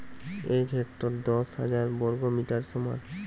এক হেক্টর দশ হাজার বর্গমিটারের সমান